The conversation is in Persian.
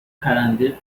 پرنده